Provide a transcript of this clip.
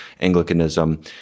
Anglicanism